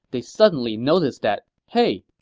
they suddenly noticed that, hey,